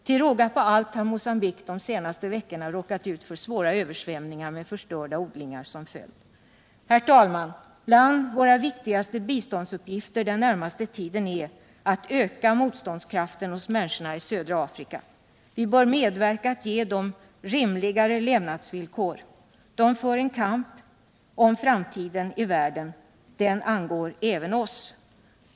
Till råga på allt har Mogambique de senaste veckorna råkat ut för svåra översvämningar med förstörda odlingar som följd. Herr talman! En bland våra viktigaste biståndsuppgifter den närmaste tiden är att öka motståndskraften hos människorna i södra Afrika. Vi bör medverka till att ge dem rimligare levnadsvillkor. De för en kamp om framtiden i världen — den kampen angår även oss.